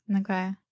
Okay